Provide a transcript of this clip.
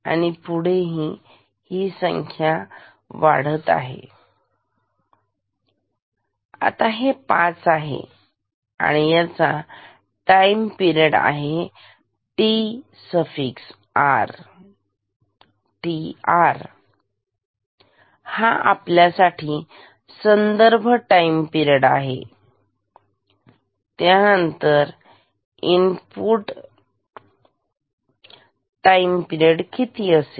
आणि पुढे ही संख्या पाच आहे आणि याचा टाईम पिरेड आहे टी आर tr हा आपल्यासाठी संदर्भ टाईम पेड आहे त्यानंतर इनपुट टाईम पिरेड किती असेल